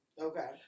Okay